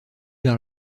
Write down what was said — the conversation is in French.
vers